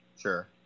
sure